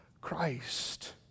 Christ